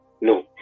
no